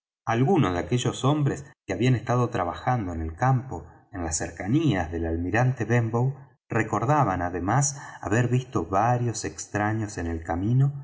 algunos de aquellos hombres que habían estado trabajando en el campo en las cercanías del almirante benbow recordaban además haber visto varios extraños en el camino